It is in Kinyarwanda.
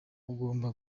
ugomba